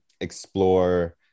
explore